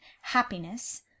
happiness